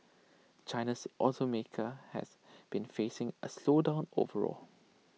China's also market has been facing A slowdown overall